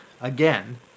again